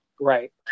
right